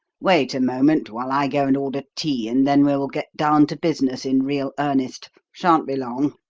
wait a moment while i go and order tea, and then we will get down to business in real earnest. shan't be long.